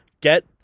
Get